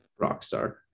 Rockstar